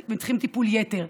והם צריכים טיפול יתר,